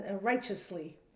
righteously